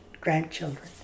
grandchildren